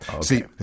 See